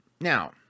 Now